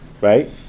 right